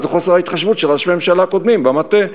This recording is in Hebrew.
חוסר ההתחשבות של ראשי ממשלה קודמים במטה.